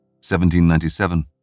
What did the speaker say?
1797